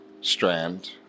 strand